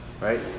right